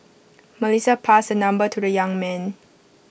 Melissa passed the number to the young man